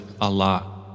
Allah